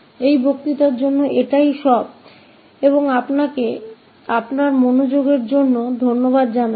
इस व्याख्यान के लिए बस इतना ही और मैं आपके ध्यान के लिए धन्यवाद देता हूं